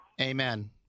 Amen